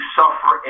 suffer